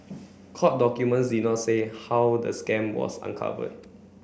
court documents did not say how the scam was uncovered